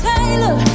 Taylor